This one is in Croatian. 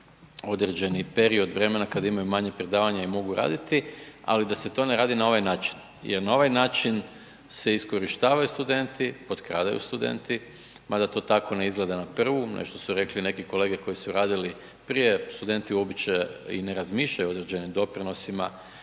dana određeni period vremena kad imaju manje predavanja i mogu raditi, ali da se to ne radi na ovaj način. Jer na ovaj način se iskorištavaju studenti, potkradaju studenti, mada to tako ne izgleda na prvu, ono što su rekli neki kolege koji su radili prije, studenti uopće i ne razmišljaju o određenim doprinosima